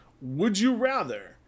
would-you-rather